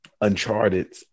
Uncharted